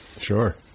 Sure